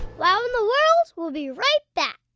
wow in the world will be right back.